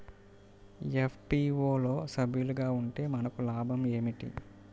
FPO లో సభ్యులుగా ఉంటే మనకు లాభం ఏమిటి?